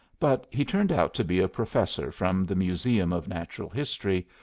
but he turned out to be a professor from the museum of natural history,